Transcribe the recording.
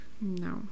No